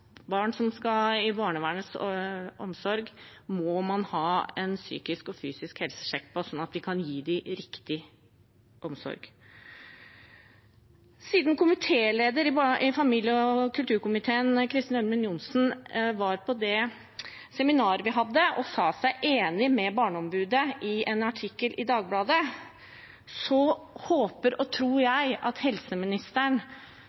barn som skal i barnevernets omsorg, skal få en psykisk og fysisk helsesjekk, sånn at vi kan gi dem riktig omsorg. Siden komitélederen i familie- og kulturkomiteen, Kristin Ørmen Johnsen, var på det seminaret vi hadde og sa seg enig med barneombudet i en artikkel i Dagbladet, håper og